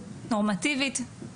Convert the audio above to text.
נורמטיבית,